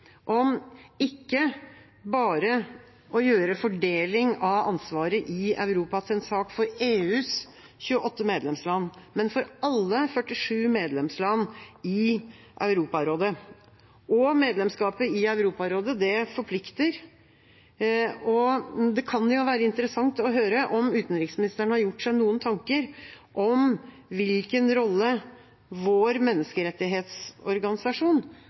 om ikke bare å gjøre fordeling av ansvaret i Europa til en sak for EUs 28 medlemsland, men for alle 47 medlemsland i Europarådet. Medlemskapet i Europarådet forplikter, og det kan jo være interessant å høre om utenriksministeren har gjort seg noen tanker om hvilken rolle vår menneskerettighetsorganisasjon